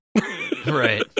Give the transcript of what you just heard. Right